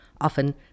Often